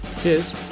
Cheers